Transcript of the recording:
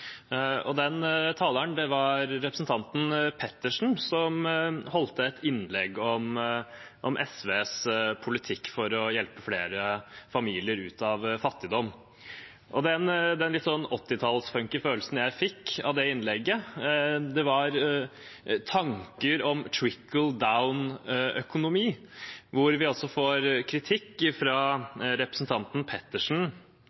talerne. Den taleren var representanten Tage Pettersen, som holdt et innlegg om SVs politikk for å hjelpe flere familier ut av fattigdom. Den funky 1980-talls følelsen jeg fikk av det innlegget, var tanker om «trickle down»-økonomi, idet vi fikk kritikk